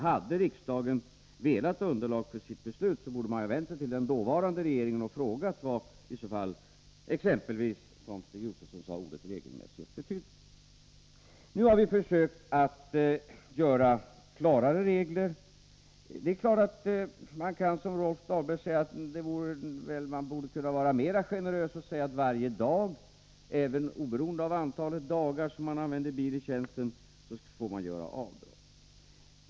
Hade riksdagen velat ha underlag för sitt beslut, borde den ha vänt sig till den dåvarande regeringen och frågat — som Stig Josefson gjorde nu — vad i så fall ordet ”regelmässigt” betydde. Nu har vi försökt åstadkomma klarare regler. Det är klart att vi som Rolf Dahlberg säger borde kunna vara mer generösa och föreslå att man varje dag bilen används i tjänsten borde — oberoende av antalet dagar — få göra avdrag.